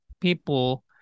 people